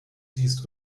siehst